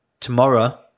Tomorrow